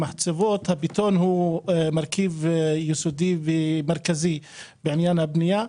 כי הבטון הוא מרכיב יסודי ומרכזי בעניין הבנייה.